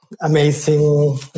amazing